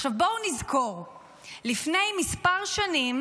עכשיו, בואו נזכור שלפני כמה שנים